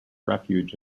refuge